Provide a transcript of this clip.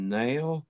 nail